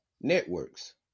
networks